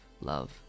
love